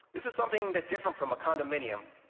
this was something that differed from a condominium,